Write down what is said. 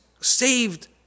saved